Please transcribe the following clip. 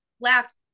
laughed